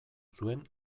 zuen